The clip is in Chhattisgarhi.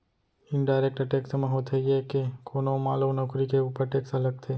इनडायरेक्ट टेक्स म होथे ये के कोनो माल अउ नउकरी के ऊपर टेक्स ह लगथे